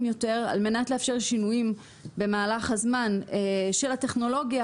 יותר על מנת לאפשר שינויים במהלך הזמן של הטכנולוגיה,